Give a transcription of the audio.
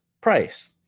price